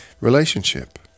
relationship